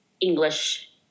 English